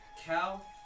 Cal